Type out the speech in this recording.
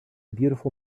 beautiful